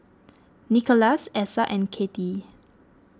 Nikolas Essa and Kathey